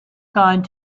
gone